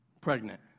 Pregnant